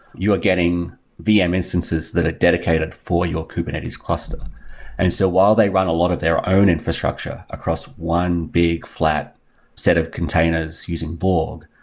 you are getting vm instances that are dedicated for your kubernetes cluster and so while they run a lot of their own infrastructure across one big, flat set of containers using borg,